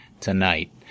tonight